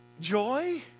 Joy